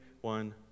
One